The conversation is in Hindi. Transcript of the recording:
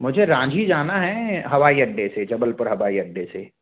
मुझे रांझी जाना है हवाई अड्डे से जबलपुर हवाई अड्डे से